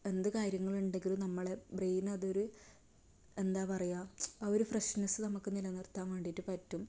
എന്ത് കാര്യങ്ങളുണ്ടെങ്കിലും നമ്മളെ ബ്രെയിനതൊരു എന്താ പറയുക ആ ഒരു ഫ്രഷ്നസ്സ് നമുക്ക് നിലനിർത്താൻ വേണ്ടീട്ട് പറ്റും